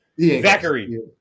Zachary